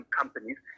companies